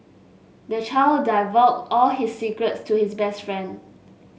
the child divulged all his secrets to his best friend